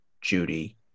Judy